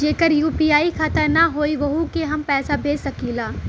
जेकर यू.पी.आई खाता ना होई वोहू के हम पैसा भेज सकीला?